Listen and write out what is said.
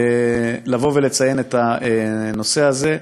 לבוא ולציין את הנושא הזה.